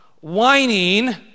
whining